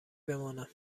بمانم